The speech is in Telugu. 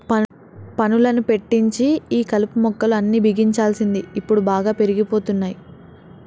పనులను పెట్టించి ఈ కలుపు మొక్కలు అన్ని బిగించాల్సింది ఇప్పుడు బాగా పెరిగిపోతున్నాయి